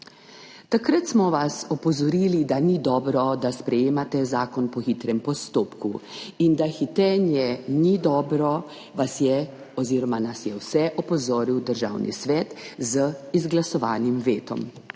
Takrat smo vas opozorili, da ni dobro, da sprejemate zakon po hitrem postopku. In da hitenje ni dobro, vas je oziroma nas je vse opozoril Državni svet z izglasovanim vetom.